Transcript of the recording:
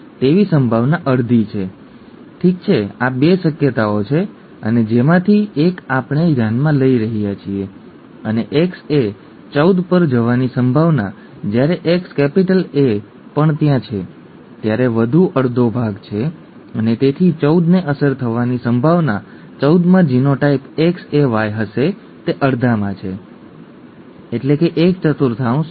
9 એ કૈરિયર છે તેવી સંભાવના અડધી છે ઠીક છે આ 2 શક્યતાઓ છે અને જેમાંથી એક આપણે ધ્યાનમાં લઈ રહ્યા છીએ અને Xa 14 પર જવાની સંભાવના જ્યારે XA પણ ત્યાં છે ત્યારે વધુ અડધો ભાગ છે અને તેથી 14 ને અસર થવાની સંભાવના 14 માં જીનોટાઈપ XaY હશે તે અડધામાં છે એટલે કે એક ચતુર્થાંશ